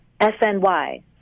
sny